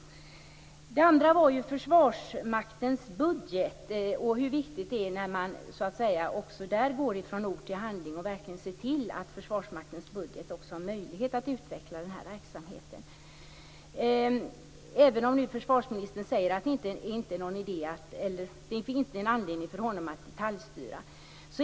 Det andra gällde Försvarsmaktens budget. Det är viktigt att man också där går från ord till handling och ser till att det i Försvarsmaktens budget också finns en möjlighet att utveckla den här verksamheten. Försvarsministern säger att det inte finns någon anledning att detaljstyra.